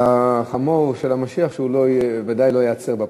והחמור של המשיח, שהוא ודאי לא ייעצר בפקקים.